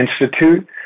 Institute